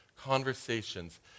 conversations